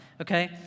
okay